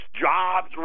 jobs